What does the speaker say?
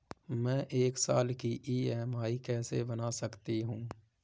मैं एक साल की ई.एम.आई कैसे बना सकती हूँ?